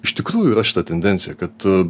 iš tikrųjų yra šita tendencija kad